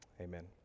Amen